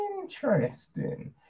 Interesting